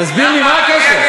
תסביר לי מה הקשר.